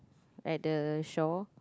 like the shore